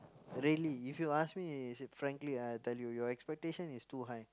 really if you ask me frankly I will tell you your expectation is too high